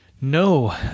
No